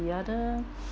the other